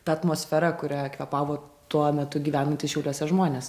ta atmosfera kuria kvėpavo tuo metu gyvenantys šiauliuose žmonės